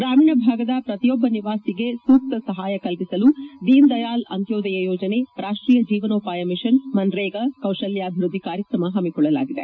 ಗ್ರಾಮೀಣ ಭಾಗದ ಪ್ರತಿಯೊಬ್ಬ ನಿವಾಸಿಗಳಿಗೆ ಸೂಕ್ತ ಸಹಾಯ ಕಲ್ಪಿಸಲು ದೀನ್ ದಯಾಲ್ ಅಂತ್ಯೋದಯ ಯೋಜನೆ ರಾಷ್ಟೀಯ ಜೀವನೋಪಾಯ ಮಿಷನ್ ಮನ್ರೇಗಾ ಕೌಶಲ್ಯ ಅಭಿವೃದ್ಧಿ ಕಾರ್ಯಕ್ರಮ ಪಮ್ನಿಕೊಳ್ಳಲಾಗಿದೆ